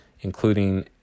including